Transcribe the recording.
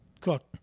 cook